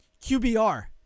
QBR